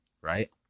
right